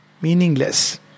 meaningless